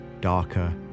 darker